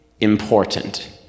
important